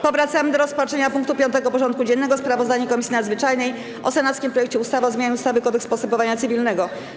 Powracamy do rozpatrzenia punktu 5. porządku dziennego: Sprawozdanie Komisji Nadzwyczajnej o senackim projekcie ustawy o zmianie ustawy - Kodeks postępowania cywilnego.